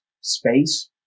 space